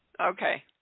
Okay